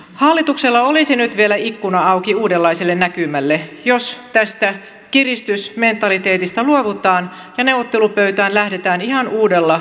hallituksella olisi nyt vielä ikkuna auki uudenlaiselle näkymälle jos tästä kiristysmentaliteetista luovutaan ja neuvottelupöytään lähdetään ihan uudella ratkaisuhakuisella moodilla